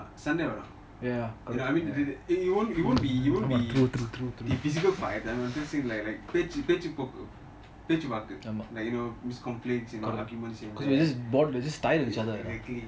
ya true true true true they are just bored and tired of each other